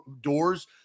doors